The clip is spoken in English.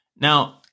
Now